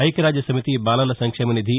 ఐక్యరాజ్యసమితి బాలల సంక్షేమనిధి